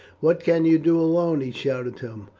what can you do alone, he shouted to them,